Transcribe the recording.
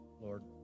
Lord